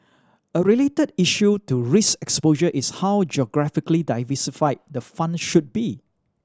a related issue to risk exposure is how geographically diversified the fund should be